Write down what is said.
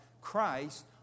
Christ